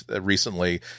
recently